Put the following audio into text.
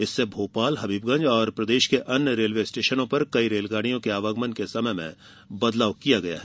इससे भोपाल हबीबगंज और प्रदेष के अन्य रेलवे स्टेषनों पर कई रेलगाड़ियों के आवागमन के समय में बदलाव किया गया है